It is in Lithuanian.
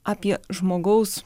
apie žmogaus